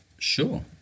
Sure